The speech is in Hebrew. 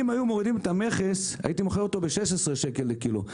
אם היו מורידים את המכס הייתי מוכר אותו ב-16 שקלים לקילו,